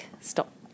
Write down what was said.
stop